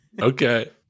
Okay